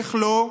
איך לא,